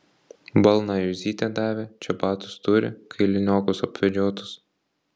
balną juzytė davė čebatus turi kailiniokus apvedžiotus